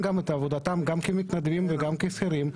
את עבודתם גם כמתנדבים וגם כשכירים,